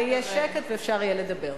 אני אשמח אם יהיה שקט ואפשר יהיה לדבר.